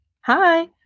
Hi